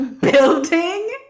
building